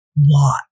lot